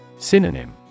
Synonym